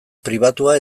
pribatua